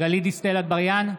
גלית דיסטל אטבריאן,